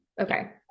Okay